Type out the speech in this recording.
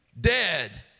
Dead